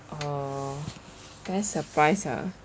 uh best surprised ah